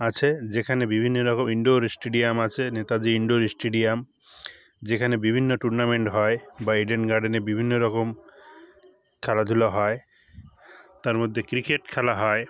আছে যেখানে বিভিন্ন রকম ইনডোর স্টেডিয়াম আছে নেতাজী ইনডোর স্টেডিয়াম যেখানে বিভিন্ন টুর্নামেন্ট হয় বা ইডেন গার্ডেনে বিভিন্ন রকম খেলাধুলা হয় তার মধ্যে ক্রিকেট খেলা হয়